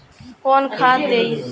कौन खाद दियई?